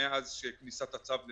מאז כניסת הצו לתוקף.